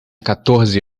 quatorze